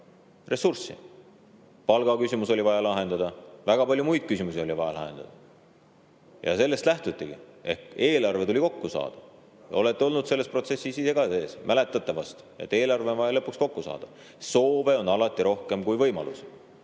ressurssi. Palgaküsimus oli vaja lahendada, väga palju muid küsimusi oli vaja lahendada. Sellest lähtutigi ehk eelarve tuli kokku saada. Olete olnud selles protsessis ise ka sees, mäletate vast, et eelarve on vaja lõpuks kokku saada. Soove on alati rohkem kui võimalusi.